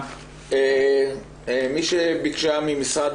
אנחנו עוברים למשרד